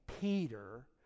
Peter